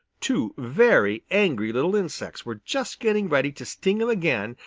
two very angry little insects were just getting ready to sting him again,